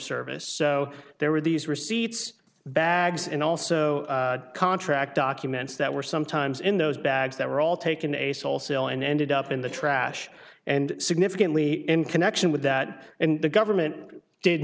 service so there were these receipts bags and also contract documents that were sometimes in those bags that were all taken a sole sale and ended up in the trash and significantly in connection with that and the government did